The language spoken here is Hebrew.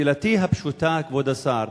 שאלתי הפשוטה, כבוד השר: